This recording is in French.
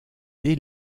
dès